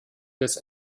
des